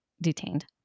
detained